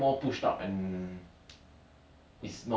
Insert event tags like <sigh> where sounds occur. then I won't get those kind of Y_S_S clips lah <breath>